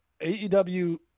AEW